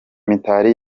mitali